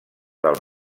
del